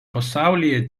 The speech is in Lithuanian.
pasaulyje